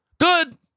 good